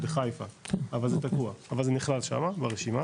בחיפה, אבל זה תקוע, אבל זה נכלל שמה ברשימה,